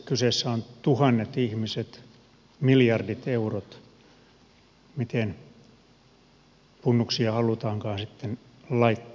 kyseessä on tuhannet ihmiset miljardit eurot miten punnuksia halutaankaan sitten laittaa